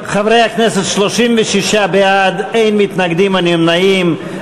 חברי הכנסת, 36 בעד, אין מתנגדים או נמנעים.